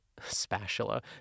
spatula